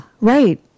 right